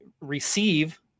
receive